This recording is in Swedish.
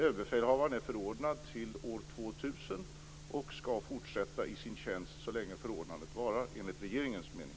Överbefälhavaren är förordnad till år 2000 och skall fortsätta i sin tjänst så länge förordnandet varar, enligt regeringens mening.